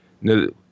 no